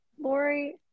Lori